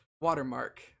watermark